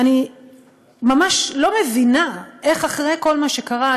אני ממש לא מבינה איך אחרי כל מה שקרה,